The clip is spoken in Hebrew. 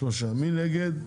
מי נגד?